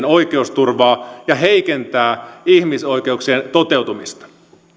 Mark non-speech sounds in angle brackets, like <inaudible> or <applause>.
<unintelligible> oikeusturvaa ja heikentää ihmisoikeuksien toteutumista